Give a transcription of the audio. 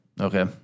Okay